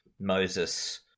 Moses